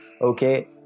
okay